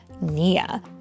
Nia